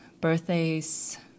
birthdays